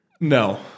No